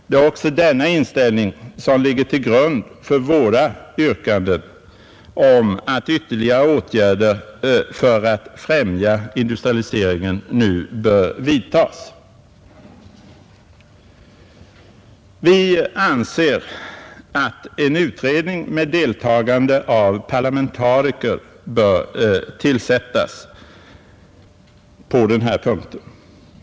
Det är denna inställning som ligger till grund för våra yrkanden om att ytterligare åtgärder för att främja industrialiseringen nu bör vidtagas. Vi anser att en utredning med deltagande av parlamentariker bör tillsättas på den här punkten.